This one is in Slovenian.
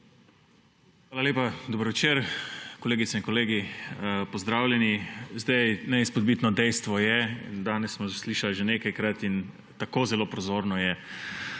Hvala lepa. Dober večer kolegice in kolegi! Pozdravljeni! Neizpodbitno dejstvo je, danes smo slišali že nekajkrat in tako zelo prozorno je,